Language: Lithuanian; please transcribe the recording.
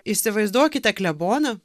įsivaizduokite kleboną